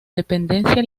dependencia